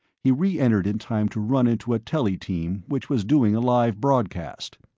he reentered in time to run into a telly team which was doing a live broadcast.